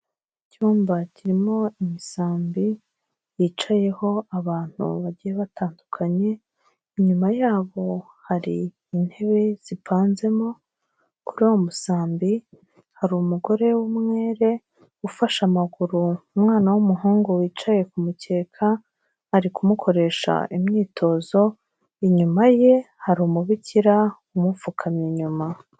Icyumba kirimo imisambi yicayeho abantu bagiye batandukanye, inyuma yabo hari intebe zipanzemo, kuri uwo musambi hari umugore w'umwere ufashe amaguru umwana w'umuhungu wicaye ku mukeka ari kumukoresha imyitozo, inyuma ye hari umubikira umupfukamye inyuma.